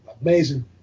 amazing